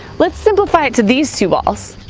let's simplify it to these two balls.